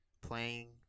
playing